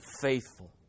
faithful